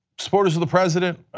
supporters of the president,